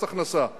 המחיר לשיחה ירד,